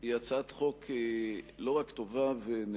היא הצעת חוק לא רק טובה ונכונה,